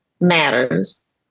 matters